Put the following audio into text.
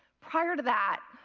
prior to that,